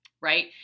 right